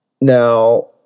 Now